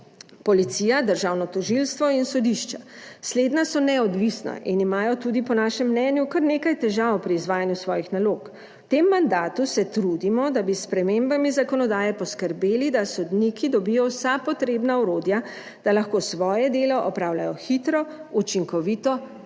policija, državno tožilstvo in sodišča. Slednja so neodvisna in imajo tudi, po našem mnenju, kar nekaj težav pri izvajanju svojih nalog. V tem mandatu se trudimo, da bi s spremembami zakonodaje poskrbeli, da sodniki dobijo vsa potrebna orodja, da lahko svoje delo opravljajo hitro, učinkovito ter